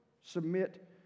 Submit